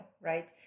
right